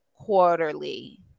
quarterly